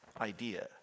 idea